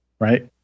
right